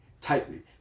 tightly